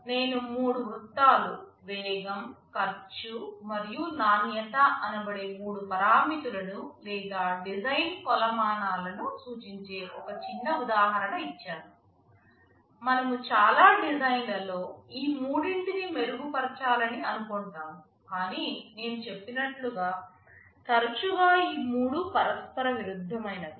నేను మూడు వృత్తాలు వేగం ఖర్చు మరియు నాణ్యత అనబడే మూడు పారామితులను లేదా డిజైన్ కొలమానాలను సూచించే ఒక చిన్న ఉదాహరణ ఇచ్చాను మనము చాలా డిజైన్లలో ఈ మూడింటినీ మెరుగుపరచాలని అనుకొంటాము కాని నేను చెప్పినట్లు గా తరచుగా ఈ మూడు పరస్పర విరుద్ధమైనవి